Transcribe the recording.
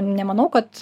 nemanau kad